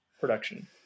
production